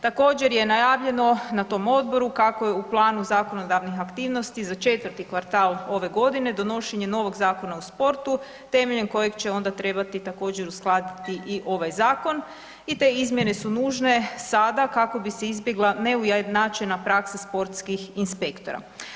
Također je najavljeno na tom odboru kako je u planu zakonodavnih aktivnosti za 4.kvartal ove godine donošenje novog Zakona o sportu temeljem kojeg će onda trebati također uskladiti i ovaj zakon i te izmjene su nužne sada kako bi se izbjegla neujednačena praksa sportskih inspektora.